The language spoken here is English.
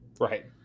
Right